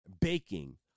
baking